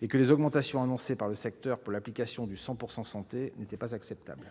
et que les augmentations annoncées par le secteur pour l'application du « 100 % santé » n'étaient pas acceptables.